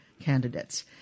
candidates